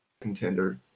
contender